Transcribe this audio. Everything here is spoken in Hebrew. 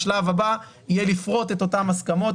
השלב הבא יהיה לפרוט את אותן הסכמות,